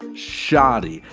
shoddy,